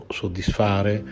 soddisfare